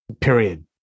Period